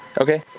okay,